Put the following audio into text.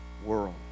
world